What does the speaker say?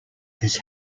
his